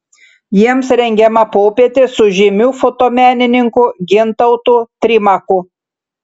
jiems rengiama popietė su žymiu fotomenininku gintautu trimaku